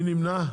מי נמנע?